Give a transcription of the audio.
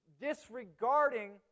disregarding